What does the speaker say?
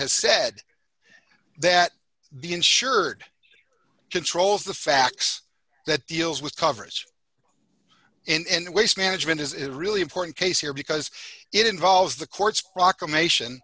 has said that the insured controls the facts that deals with coverage and waste management is a really important case here because it involves the court's proclamation